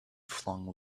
flung